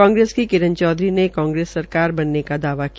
कांग्रेस की किरण चौधरी ने कांग्रेस सरकार बनने का दावा किया